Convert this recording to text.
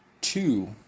two